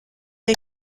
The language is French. est